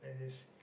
it is